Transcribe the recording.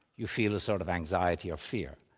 you feel a sort of anxiety or fear.